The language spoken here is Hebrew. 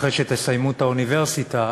אחרי שתסיימו את האוניברסיטה,